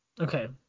okay